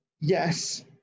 yes